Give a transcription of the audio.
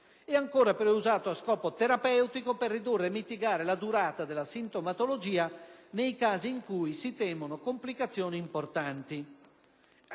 diffusione), ed a scopo terapeutico per ridurre e mitigare la durata della sintomatologia nei casi in cui si temono complicazioni importanti.